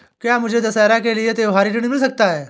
क्या मुझे दशहरा के लिए त्योहारी ऋण मिल सकता है?